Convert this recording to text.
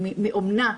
מאומנה,